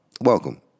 Welcome